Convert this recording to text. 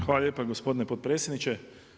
Hvala lijepa gospodine potpredsjedniče.